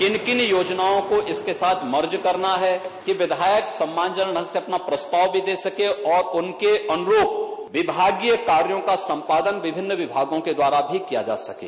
किन किन योजनाओं को इसके साथ मर्ज करना कि विधायक सम्मानजनक ढंग से अपना प्रस्ताव भी दे सके और उनके अनुरूप विभागीय कार्यो को सम्पादन विभिन्न विभागों के द्वारा भी किया जा सकें